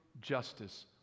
justice